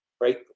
right